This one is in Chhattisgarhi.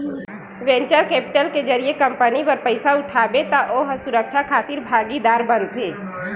वेंचर केपिटल के जरिए कंपनी बर पइसा उठाबे त ओ ह सुरक्छा खातिर भागीदार बनथे